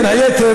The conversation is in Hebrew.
בין היתר,